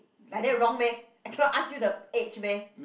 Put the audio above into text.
like that wrong meh I cannot ask you the age meh